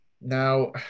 Now